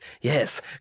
yes